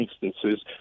instances